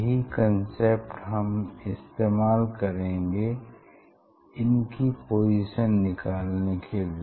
यही कांसेप्ट हम इस्तेमाल करेंगे इनकी पोजीशन निकालने के लिए